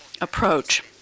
approach